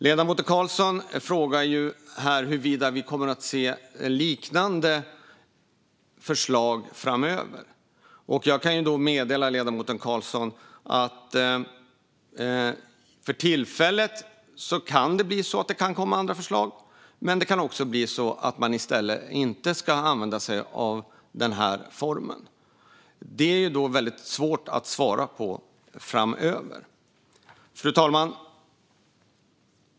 Ledamoten Karlsson frågade om man kommer att se liknande förslag framöver, och jag kan meddela ledamoten Karlsson att för tillfället kan det bli så att det kan komma andra förslag, men det kan också bli så att man i stället inte ska använda sig av den här formen. Det är väldigt svårt att svara på hur det blir framöver. Fru talman!